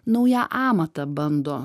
naują amatą bando